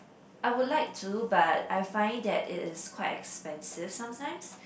I would like to but I find that it is quite expensive sometimes